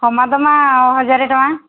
ହମା ଦମା ହଜାରେ ଟଙ୍କା